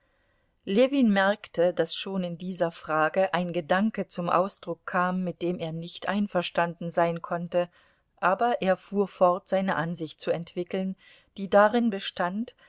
ljewin merkte daß schon in dieser frage ein gedanke zum ausdruck kam mit dem er nicht einverstanden sein konnte aber er fuhr fort seine ansicht zu entwickeln die darin bestand